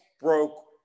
broke